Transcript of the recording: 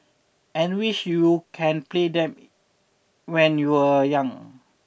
and wish you can play them when you were young